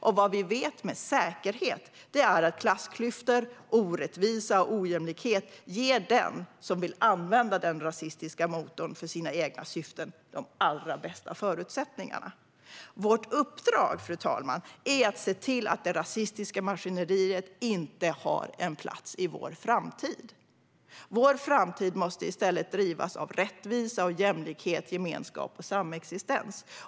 Och vad vi vet med säkerhet är att klassklyftor, orättvisa och ojämlikhet ger den som vill använda den rasistiska motorn för sina egna syften de allra bästa förutsättningarna. Vårt uppdrag, fru talman, är att se till att det rasistiska maskineriet inte har en plats i vår framtid. Vår framtid måste i stället drivas av rättvisa, jämlikhet, gemenskap och samexistens.